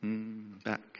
Back